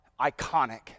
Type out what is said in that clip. iconic